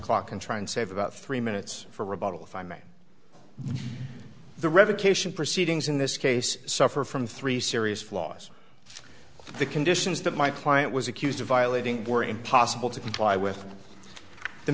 clock and try and save about three minutes for rebuttal if i may the revocation proceedings in this case suffer from three serious flaws the conditions that my client was accused of violating were impossible to comply with the